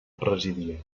presidia